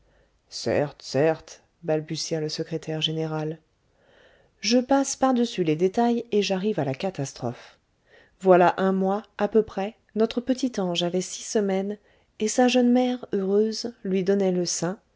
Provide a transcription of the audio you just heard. certes certes balbutia le secrétaire général je passe par-dessus les détails et j'arrive à la catastrophe voilà un mois à peu près notre petit ange avait six semaines et sa jeune mère heureuse lui donnait le sein